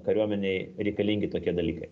kariuomenei reikalingi tokie dalykai